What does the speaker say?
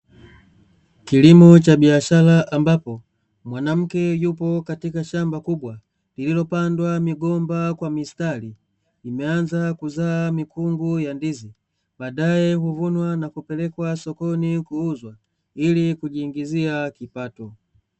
Kilimo cha biashara ambapo mwanamke yupo katika shamba kubwa lililopandwa migomba kwa mistari, imeanza kuzaa mikungu ya ndizi baadaye huvunwa na kupelekwa sokoni kuuzwa ili kujiingizia kipato.